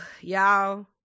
Y'all